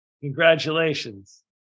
Congratulations